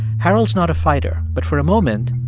harold's not a fighter, but for a moment,